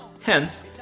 Hence